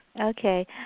Okay